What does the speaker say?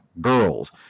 girls